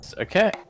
Okay